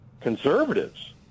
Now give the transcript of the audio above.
conservatives